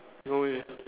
no eh